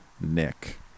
Nick